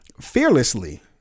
fearlessly